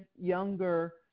younger